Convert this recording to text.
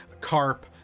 carp